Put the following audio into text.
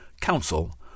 council